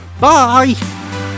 Bye